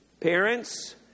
Parents